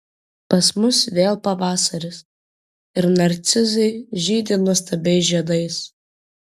pas mus vėl pavasaris ir narcizai žydi nuostabiais žiedais